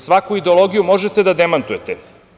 Svaku ideologiju možete da demantujete.